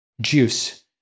juice